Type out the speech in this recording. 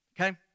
okay